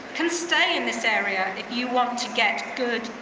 can stay in this area if you want to get good,